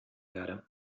werde